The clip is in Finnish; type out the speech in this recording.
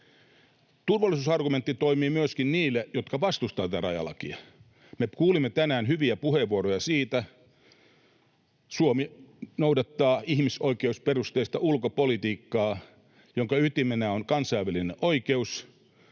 Turvallisuusargumentti toimii myöskin niille, jotka vastustavat tätä rajalakia. Me kuulimme tänään hyviä puheenvuoroja siitä. Suomi noudattaa ihmisoikeusperusteista ulkopolitiikkaa, jonka ytimenä on kansainvälinen oikeus,